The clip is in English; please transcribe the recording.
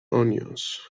onions